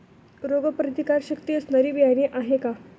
रोगप्रतिकारशक्ती असणारी बियाणे आहे का?